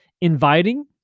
inviting